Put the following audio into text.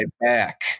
back